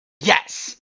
yes